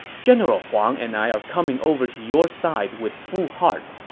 general huang and i are coming over to your side with full hearts,